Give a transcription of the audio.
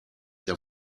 der